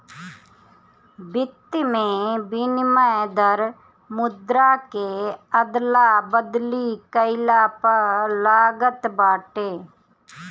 वित्त में विनिमय दर मुद्रा के अदला बदली कईला पअ लागत बाटे